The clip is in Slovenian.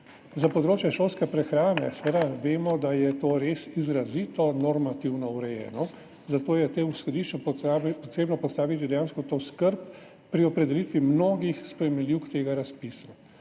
Za področje šolske prehrane seveda vemo, da je to res izrazito normativno urejeno, zato je v tem izhodišču treba postaviti dejansko to skrb pri opredelitvi mnogih spremenljivk tega razpisa.